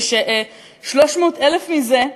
ו-300,000 מזה,